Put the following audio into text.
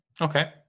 Okay